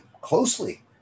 closely